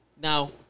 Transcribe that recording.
Now